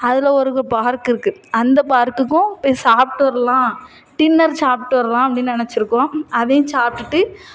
அதில் ஒரு பார்க்கு இருக்குது அந்த பார்க்குக்கும் போய் சாப்பிட்டு வரலாம் டின்னர் சாப்பிட்டு வரலாம் அப்படின்னு நினைச்சிருக்கோம் அதையும் சாப்பிட்டுட்டு